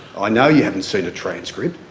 i know you haven't seen a transcript.